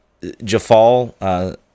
Jafal